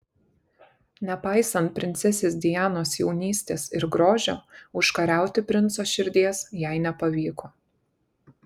nepaisant princesės dianos jaunystės ir grožio užkariauti princo širdies jai nepavyko